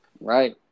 Right